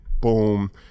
boom